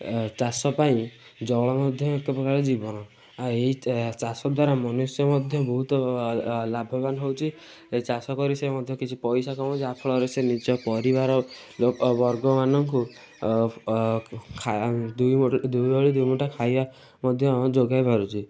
ଏ ଚାଷ ପାଇଁ ଜଳ ମଧ୍ୟ ଏକପ୍ରକାର ଜୀବନ ଆଉ ଏହି ଚାଷ ଦ୍ଵାରା ମନୁଷ୍ୟ ମଧ୍ୟ ବହୁତ ଲାଭବାନ ହୋଇଛି ଚାଷ କରି ସେ ମଧ୍ୟ କିଛି ପଇସା କମୋଉଚି ଯାହାଫଳରେ ସେ ନିଜ ପରିବାର ଲୋକବର୍ଗ ମାନଙ୍କୁ ଖାଇ ଦୁଇ ଦୁଇ ଓଳି ଦୁଇ ମୁଠା ଖାଇବାକୁ ମଧ୍ୟ ଯୋଗାଇ ପାରୁଛି